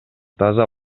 таза